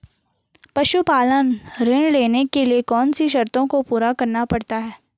पशुपालन ऋण लेने के लिए कौन सी शर्तों को पूरा करना पड़ता है?